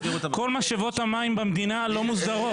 כל משאבות המים במדינה לא מוסדרות.